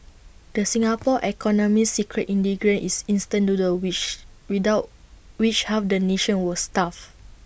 the Singapore economy's secret ingredient is instant noodles wish without which half the nation would starve